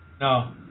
No